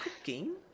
cooking